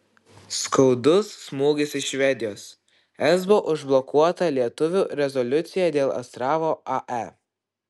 skaudus smūgis iš švedijos esbo užblokuota lietuvių rezoliucija dėl astravo ae